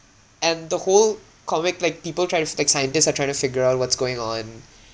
and the whole comic like people try s~ to like scientists are trying to figure out what's going on